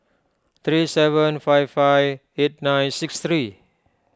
three seven five five eight nine six three